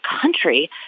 country